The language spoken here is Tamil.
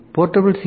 portable C